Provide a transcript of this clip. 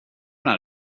not